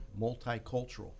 multicultural